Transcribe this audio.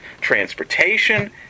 transportation